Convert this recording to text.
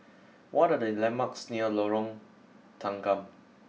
what are the landmarks near Lorong Tanggam